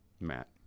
matt